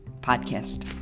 podcast